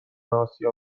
آسیا